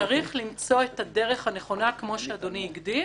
צריך למצוא את הדרך הנכונה כמו שאדוני הגדיר